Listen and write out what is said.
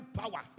power